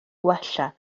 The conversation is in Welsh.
gwella